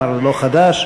כלומר זה לא חדש.